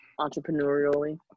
Entrepreneurially